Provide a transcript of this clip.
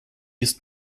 ist